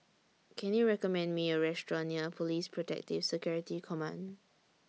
Can YOU recommend Me A Restaurant near Police Protective Security Command